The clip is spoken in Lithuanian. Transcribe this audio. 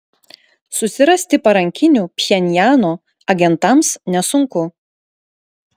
susirasti parankinių pchenjano agentams nesunku